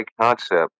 concept